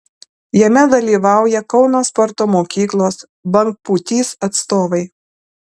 jame dalyvauja kauno sporto mokyklos bangpūtys atstovai